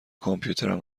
کامپیوترم